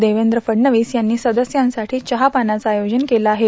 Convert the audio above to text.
देवेंद्र फडणवीस यांनी सदस्यांसाठी चहापानाचं आयोजन केलं आहे